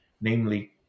namely